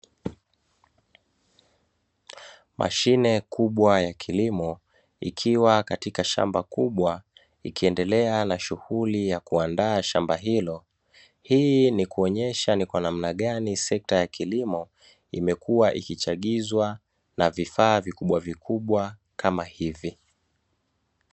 Mashine kubwa ya kilimo ikiwa katika shamba kubwa, ikiendelea na shughuli ya kuandaa shamba hilo ,hii ni kuonyesha ni kwa namna gani sekta ya kilimo imekuwa ikichagizwa na vifaa vikubwa vikubwa kama hivi.